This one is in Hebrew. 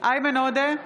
איימן עודה,